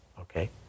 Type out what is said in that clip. okay